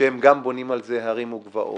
שהם גם בונים על זה הרים וגבעות.